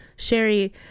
Sherry